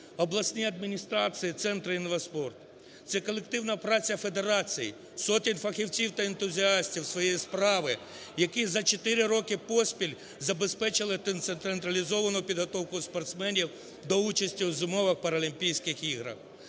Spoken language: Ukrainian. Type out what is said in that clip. обласні адміністрації, центри інвест-спорту. Це колективна праця федерацій, сотень фахівців та ентузіастів своєї справи, які за чотири роки поспіль забезпечили централізовану підготовку спортсменів до участі у Зимових паралімпійських іграх.